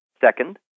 Second